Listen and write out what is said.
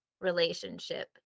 relationship